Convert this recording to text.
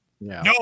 No